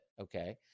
okay